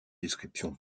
description